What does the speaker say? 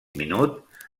minut